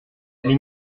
les